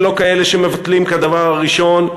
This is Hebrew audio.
ולא כאלה שמבטלים כדבר הראשון.